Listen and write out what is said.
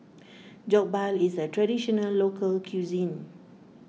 Jokbal is a Traditional Local Cuisine